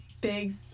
big